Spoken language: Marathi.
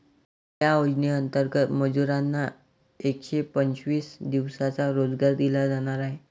या योजनेंतर्गत मजुरांना एकशे पंचवीस दिवसांचा रोजगार दिला जाणार आहे